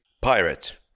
pirate